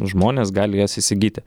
žmonės gali jas įsigyti